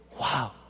Wow